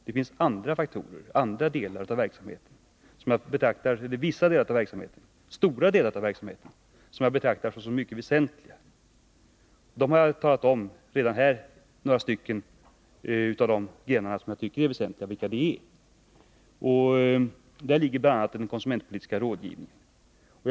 Men det finns andra delar Nr 55 av verksamheten — stora deiar av verksamheten — som jag betraktar som mycket väsentliga. Jag har här redan talat om några av dem. Hit hör bl.a. den konsumentpolitiska rådgivningen.